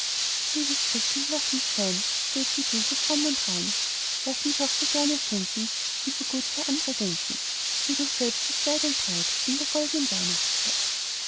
liebes christkind laß mich sein stets wie du so fromm und rein laß mich auch so gerne schenken und so gut für andre denken wie du selbst tust weit und breit in der goldnen weihnachtszeit